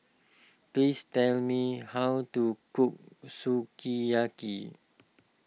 please tell me how to cook Sukiyaki